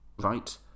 right